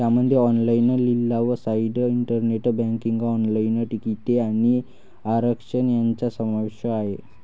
यामध्ये ऑनलाइन लिलाव site, internet banking, online तिकिटे आणि आरक्षण यांचा समावेश आहे